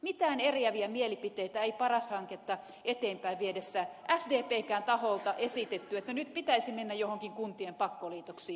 mitään eriäviä mielipiteitä ei paras hanketta eteenpäin vietäessä sdpnkään taholta esitetty että nyt pitäisi mennä joihinkin kuntien pakkoliitoksiin